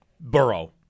Burrow